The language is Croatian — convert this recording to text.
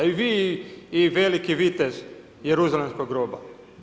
I vi i veliki vitez Jeruzalemskog groba.